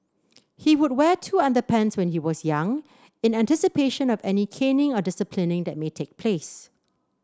he would wear two underpants when he was young in anticipation of any caning or disciplining that may take place